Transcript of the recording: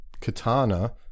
Katana